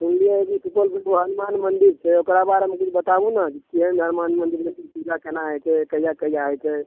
सुनलिय हँ जे सुपौलमे एगो हनुमान मंदिर छै ओकरा बारेमे किछु बताबू ने केहन हनुमान मंदिरके पूजा केना हेतै से कहिया कहिया होइ छै